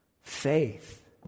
Faith